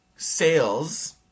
sales